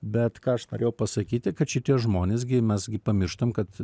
bet ką aš norėjau pasakyti kad šitie žmonės gi mes gi pamirštam kad